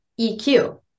EQ